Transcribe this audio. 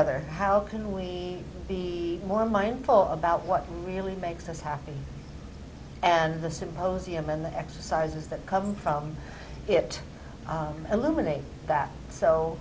other how can we be more mindful about what really makes us happy and the symposium and the exercises that come from it eliminate that so